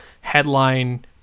headline